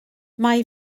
mae